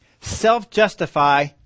self-justify